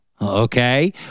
Okay